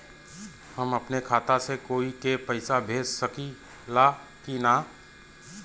हम अपने खाता से कोई के पैसा भेज सकी ला की ना?